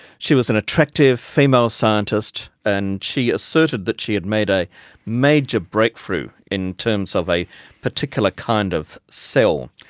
she was an attractive female scientist, and she asserted that she had made a major breakthrough in terms of a particular kind of cell.